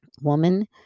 woman